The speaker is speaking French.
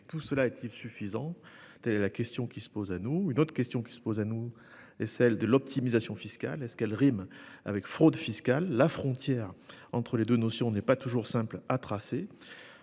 Tout cela est-il suffisant ? Telle est la question qui se pose à nous. Une autre question est celle de l'optimisation fiscale : rime-t-elle avec fraude fiscale ? La frontière entre les deux notions n'est pas toujours simple à tracer.